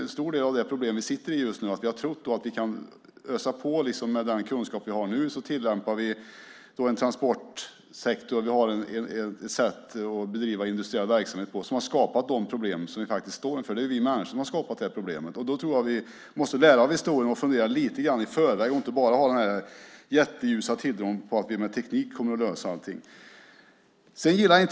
En stor del av de problem vi har nu beror på att vi har trott att vi kan ösa på med den kunskap vi har. Vi tillämpar ett sätt att bedriva industriell verksamhet som har skapat de problem som vi står inför. Det är vi människor som har skapat det problemet. Jag tror att vi måste lära av historien och fundera lite i förväg och inte bara ha den ljusa tilltron till att vi kommer att lösa allting med teknik.